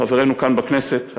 חברינו כאן בכנסת,